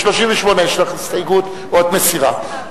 ב-38 יש לך הסתייגות או שאת מסירה?